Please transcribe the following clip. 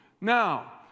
Now